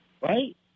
right